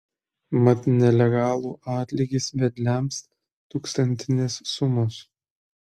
mat nelegalų atlygis vedliams tūkstantinės sumos